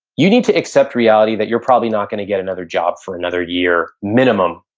you need to accept reality that you're probably not gonna get another job for another year, minimum,